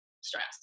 stress